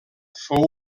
fou